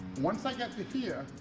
once i get to here,